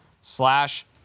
slash